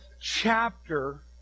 chapter